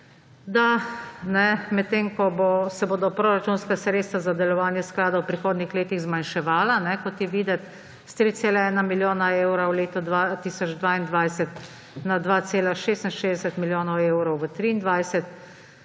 da medtem ko se bodo proračunska sredstva za delovanje sklada v prihodnjih letih zmanjševala, kot je videti, s 3,1 milijona evrov v letu 2022 na 2,66 milijonov evrov v 2023,